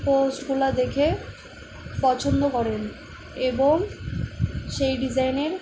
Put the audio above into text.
পোস্টগুলো দেখে পছন্দ করেন এবং সেই ডিজাইনের